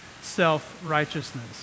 self-righteousness